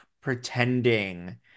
pretending